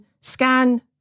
scan